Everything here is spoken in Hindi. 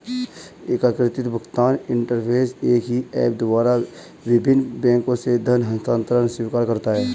एकीकृत भुगतान इंटरफ़ेस एक ही ऐप द्वारा विभिन्न बैंकों से धन हस्तांतरण स्वीकार करता है